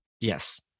Yes